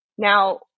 Now